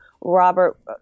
Robert